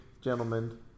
gentlemen